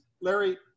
Larry